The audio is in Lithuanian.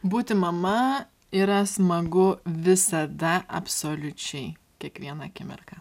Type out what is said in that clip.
būti mama yra smagu visada absoliučiai kiekvieną akimirką